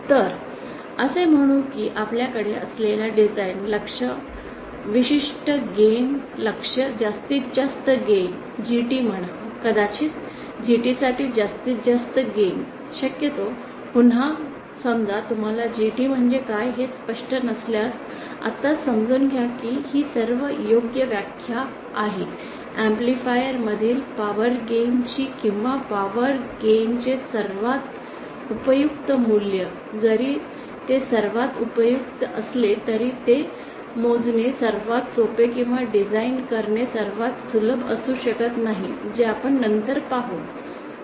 तर असे म्हणू की आपल्याकडे असलेले डिझाईन लक्ष्य विशिष्ट गेन लक्ष्य जास्तीत जास्त गेन GT म्हणा कदाचित GT साठी जास्तीत जास्त गेन शक्यतो पुन्हा समजा तुम्हाला GT म्हणजे काय हे स्पष्ट नसल्यास आत्ताच समजून घ्या की ही सर्वात योग्य व्याख्या आहे ऍम्प्लिफायर मधील पॉवर गेन ची किंवा पॉवर गेन चे सर्वात उपयुक्त मूल्य जरी ते सर्वात उपयुक्त असले तरी ते मोजणे सर्वात सोपे किंवा डिझाइन करणे सर्वात सुलभ असू शकत नाही जे आपण नंतर पाहू